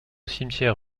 cimetière